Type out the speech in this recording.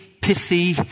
pithy